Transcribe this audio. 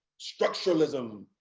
structuralism,